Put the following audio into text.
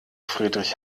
friedrich